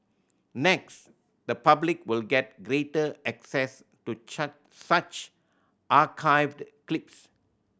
next the public will get greater access to such clips